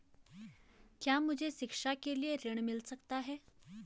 क्या मुझे शिक्षा के लिए ऋण मिल सकता है?